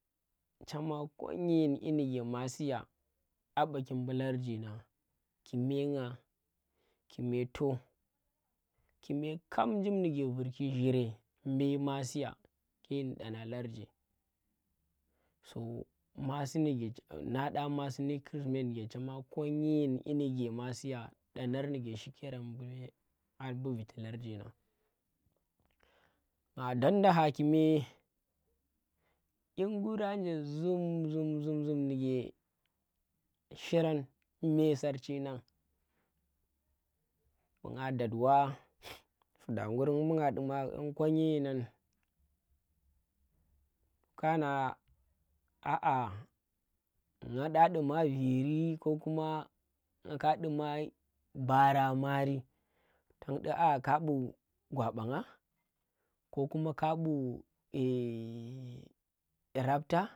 Chema kor yen kyi ndike masiya a ɓaki mbu larji nagn kume ngah, kume to kume kab njim ndike virki zhire mbe masiya ke ndi ɗana larji, so masi ndike nang ɗan masi ndi christimet ndike chema kor nyi yin kyi ndike masiya danar ndike shiki yerem mbe har mbu viti larji nang. Nga dat nda ha kume, kyi ngura nje zhum zhum zhum zhum ndike shirang me sarchi nang, mbu ngah dat wa, fuda ngur mbu ngah ɗuma kon nyi yinan to kana aa nga ɗa duma viri ko kuma nga ka duma bara maari tang ndi a ka bu gwa banga ko kuma ka bu rapta.